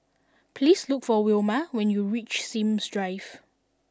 please look for Wilma when you reach Sims Drive